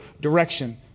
direction